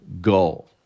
goal